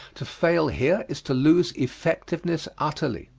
to fail here is to lose effectiveness utterly.